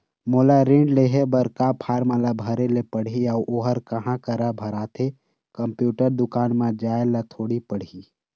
मोला ऋण लेहे बर का फार्म ला भरे ले पड़ही अऊ ओहर कहा करा भराथे, कंप्यूटर दुकान मा जाए ला थोड़ी पड़ही?